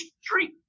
street